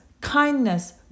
kindness